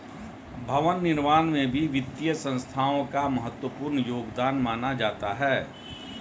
भवन निर्माण में भी वित्तीय संस्थाओं का महत्वपूर्ण योगदान माना जाता है